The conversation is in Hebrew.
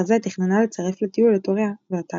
חזה תכננה לצרף לטיול את הוריה והתאריך